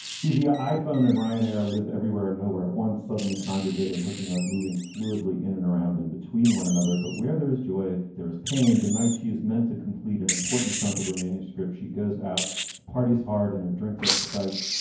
hoovey iphone and ryan air live everywhere and nowhere at once, suddenly congregating, hooking up, moving fluidly in and around in between one another. but where there is joy, there is pain. the night she is meant to complete an important chunk of her manuscript, she goes out parties hard and her drink got spiked.